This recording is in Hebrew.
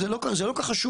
זה לא כל כך חשוב.